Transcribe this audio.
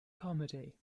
comedy